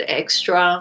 extra